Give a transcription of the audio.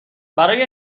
برای